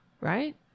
right